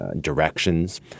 directions